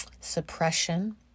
suppression